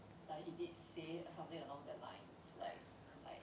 like he did say something along the lines like like